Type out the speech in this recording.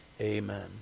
Amen